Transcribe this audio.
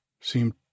seemed